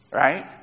Right